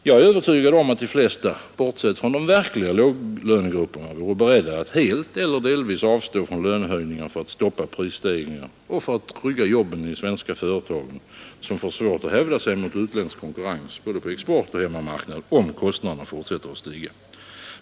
Jag är övertygad om att de flesta, bortsett från de verkliga låglönegrupperna, vore beredda att helt eller delvis avstå från lönehöjningar för att stoppa prisstegringar och för att trygga jobben i de svenska företagen, som får svårt att hävda sig mot utländsk konkurrens på både exportoch hemmamarknad om kostnaderna fortsätter att stiga.